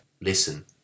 Listen